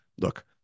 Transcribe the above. look